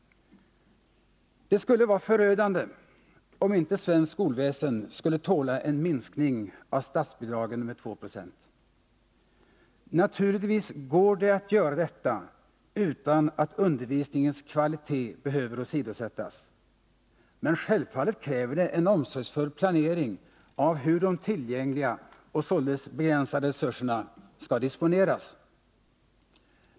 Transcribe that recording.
Det skulle vara förödande om inte svenskt skolväsen skulle tåla en minskning av statsbidragen med 2 Ze. Naturligtvis går det att göra detta utan att undervisningens kvalitet behöver åsidosättas — men självfallet kräver det en omsorgsfull planering av hur de tillgängliga och således begränsade resurserna skall disponeras.